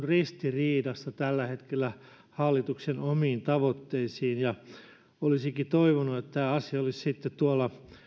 ristiriidassa tällä hetkellä hallituksen omiin tavoitteisiin olisinkin toivonut että tämä asia olisi sitten tuolla